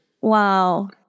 Wow